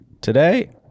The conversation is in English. Today